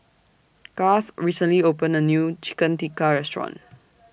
Garth recently opened A New Chicken Tikka Restaurant